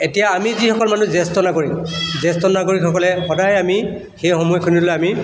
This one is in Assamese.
এতিয়া আমি যিসকল মানুহ জ্যেষ্ঠ নাগৰিক জ্যেষ্ঠ নাগৰিকসকলে সদায় আমি সেই সময়খিনিলৈ আমি